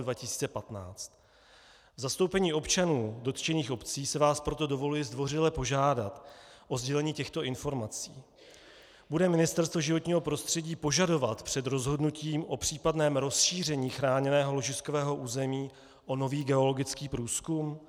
V zastoupení občanů dotčených obcí si vás proto dovoluji zdvořile požádat o sdělení těchto informací: Bude Ministerstvo životního prostředí požadovat před rozhodnutím o případném rozšíření chráněného ložiskového území o nový geologický průzkum?